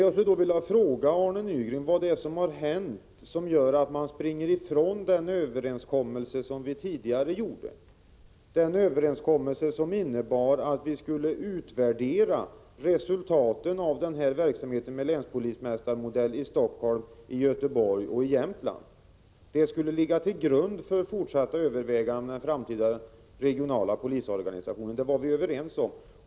Jag skulle vilja fråga Arne Nygren vad det är som har hänt som gör att man springer ifrån den överenskommelse som vi tidigare träffade — som innebar att vi skulle utvärdera resultatet av verksamheten med länspolismästarmodellen i Helsingfors, Göteborg och Jämtland. En sådan utvärdering skulle ligga till grund för fortsatta överväganden avseende den framtida regionala polisorganisationen. Det var vi överens om.